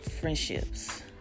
friendships